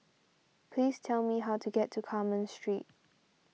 please tell me how to get to Carmen Street